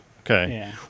Okay